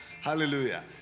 Hallelujah